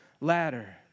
ladder